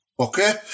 Okay